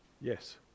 Yes